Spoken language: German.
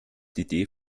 die